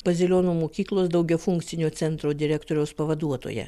bazilionų mokyklos daugiafunkcinio centro direktoriaus pavaduotoja